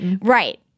Right